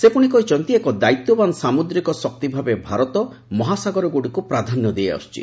ସେ ପୁଣି କହିଛନ୍ତି ଏକ ଦାୟିତ୍ୱବାନ ସାମୁଦ୍ରିକ ଶକ୍ତି ଭାବେ ଭାରତ ମହାସାଗରଗୁଡ଼ିକୁ ପ୍ରାଧାନ୍ୟ ଦେଇଆସୁଛି